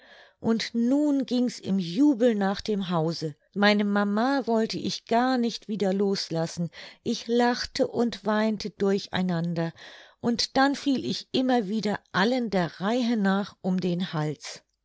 und nun ging's im jubel nach dem hause meine mama wollte ich gar nicht wieder los lassen ich lachte und weinte durch einander und dann fiel ich immer wieder allen der reihe nach um den hals